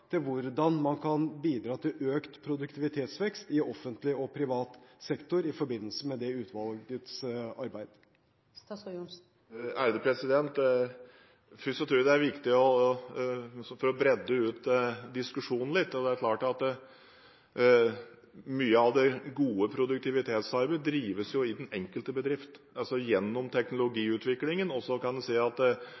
til hvordan man kan bidra til økt produktivitetsvekst i offentlig og privat sektor i forbindelse med utvalgets arbeid. Først tror jeg det er viktig å gjøre diskusjonen litt bredere. Det er klart at mye av det gode produktivitetsarbeidet drives i den enkelte bedrift gjennom